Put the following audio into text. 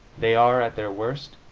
they are, at their worst,